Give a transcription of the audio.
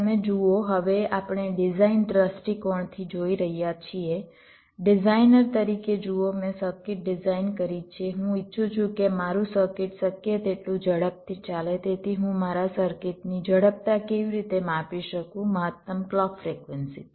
તમે જુઓ હવે આપણે ડિઝાઇન દૃષ્ટિકોણથી જોઈ રહ્યા છીએ ડિઝાઇનર તરીકે જુઓ મેં સર્કિટ ડિઝાઇન કરી છે હું ઇચ્છું છું કે મારું સર્કિટ શક્ય તેટલું ઝડપથી ચાલે તેથી હું મારા સર્કિટની ઝડપતા કેવી રીતે માપી શકું મહત્તમ ક્લૉક ફ્રિક્વન્સીથી